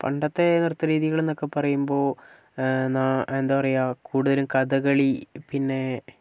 പണ്ടത്തെ നൃത്തരീതികളെന്നൊക്കെ പറയുമ്പോൾ എന്താ പറയുക കൂടുതലും കഥകളി പിന്നേ